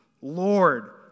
Lord